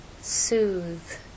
soothe